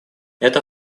это